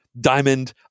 diamond